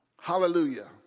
Hallelujah